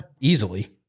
easily